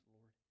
Lord